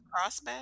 Crossback